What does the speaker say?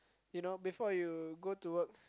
you know before you go to work